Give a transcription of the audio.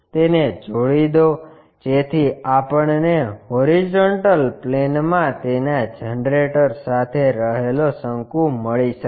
તેને જોડી દો જેથી આપણને હોરીઝોન્ટલ પ્લેનમાં તેના જનરેટર સાથે રહેલો શંકુ મળી શકે